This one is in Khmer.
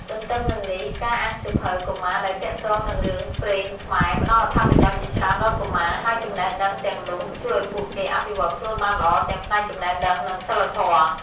ទន្ទឹមនឹងនេះ ការអានសៀវភៅកុមារដែលទាក់ទងនឹងរឿងព្រេងខ្មែរផ្ដល់អត្ថប្រយោជន៍ជាច្រើនដល់កុមារ ហើយចំណេះដឹងទាំងនោះជួយឲ្យពួកគេអភិវឌ្ឍខ្លួនបានល្អទាំងផ្នែកចំណេះដឹង និងសីលធម៌។